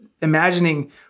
imagining